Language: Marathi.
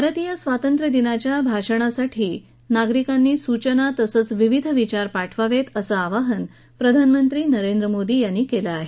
भारतीय स्वातंत्र्यदिनाच्या भाषणाखाली नागरीकांनी सूचना तसंच विविध विचार पाठवावेत असं आवाहन प्रधानमंत्री नरेंद्र मोदी यांनी केलं आहे